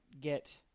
get